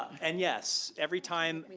and yes, every time.